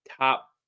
top